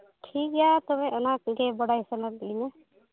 ᱴᱷᱤᱠᱜᱮᱭᱟ ᱛᱚᱵᱮ ᱚᱱᱟ ᱠᱚᱜᱮ ᱵᱟᱰᱟᱭ ᱥᱟᱱᱟ ᱞᱤᱫᱤᱧᱟ